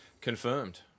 confirmed